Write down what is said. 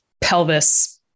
pelvis